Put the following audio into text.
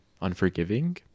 unforgiving